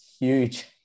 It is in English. Huge